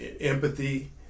empathy